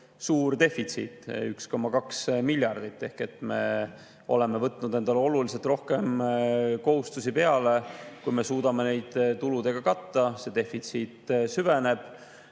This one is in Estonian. suur defitsiit: 1,2 miljardit. Me oleme võtnud endale oluliselt rohkem kohustusi, kui me suudame neid tuludega katta. See defitsiit süveneb.